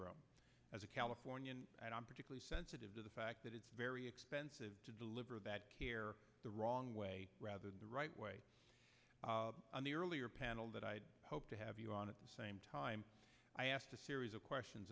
room as a californian and i'm particularly sensitive to the fact that it's very expensive to deliver that care the wrong way rather than the right way on the earlier panel that i had hoped to have you on at the same time i asked a series of questions